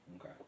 Okay